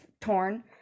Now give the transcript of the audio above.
torn